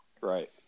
Right